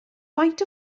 faint